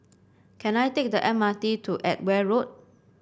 can I take the M R T to Edgware Road